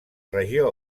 regió